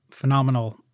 Phenomenal